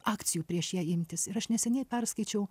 akcijų prieš ją imtis ir aš neseniai perskaičiau